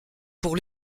pour